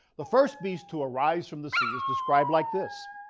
the first beast to arise from the sea is described like this.